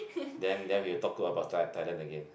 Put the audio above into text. then then we will talk about Thailand again